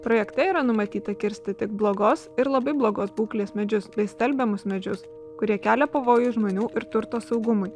projekte yra numatyta kirsti tik blogos ir labai blogos būklės medžius bei stelbiamus medžius kurie kelia pavojų žmonių ir turto saugumui